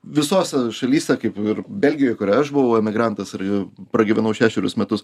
visose šalyse kaip ir belgijoj kurioj aš buvau emigrantas ir pragyvenau šešerius metus